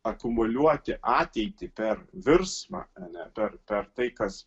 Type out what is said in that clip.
akumuliuoti ateitį per virsmą ne per per tai kas